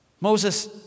Moses